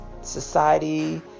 society